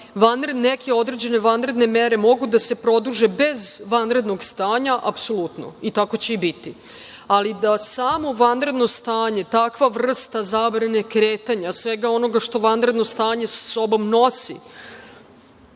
neke određene vanredne mere mogu da se produže bez vanrednog stanja, apsolutno. Tako će i biti, ali da samo vanredno stanje, takva vrsta zabrane kretanja, svega onoga što vanredno stanje sa sobom nosi,